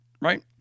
Right